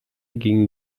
gingen